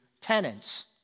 tenants